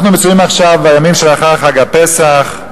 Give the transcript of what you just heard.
אנחנו מצויים עכשיו בימים שלאחר חג הפסח,